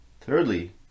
Thirdly